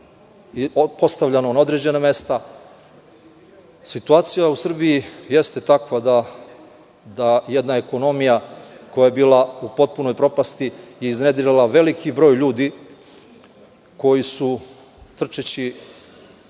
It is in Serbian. i postavljano na određena mesta. Situacija u Srbiji jeste takva, da jedna ekonomija koja je bila u potpunoj propasti i iznedrila veliki broj ljudi koji su trčeći